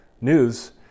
news